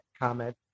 comment